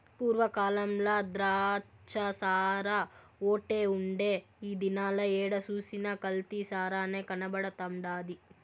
పూర్వ కాలంల ద్రాచ్చసారాఓటే ఉండే ఈ దినాల ఏడ సూసినా కల్తీ సారనే కనబడతండాది